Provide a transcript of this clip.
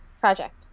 Project